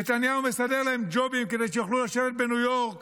נתניהו מסדר להם ג'ובים כדי שיוכלו לשבת בניו-יורק